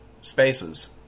spaces